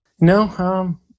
No